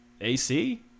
AC